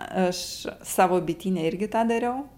aš savo bityne irgi tą dariau